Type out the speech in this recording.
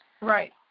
Right